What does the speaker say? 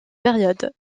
période